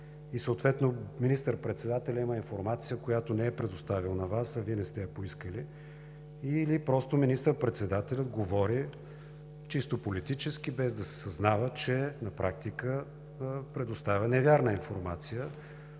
и съответно министър-председателят има информация, която не Ви е предоставил, а Вие не сте я поискали или министър-председателят говори чисто политически, без да съзнава, че на практика предоставя невярна информация,